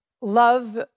love